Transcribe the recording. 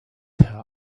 her